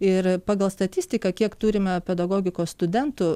ir pagal statistiką kiek turime pedagogikos studentų